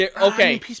Okay